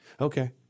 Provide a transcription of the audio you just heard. Okay